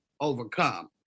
overcome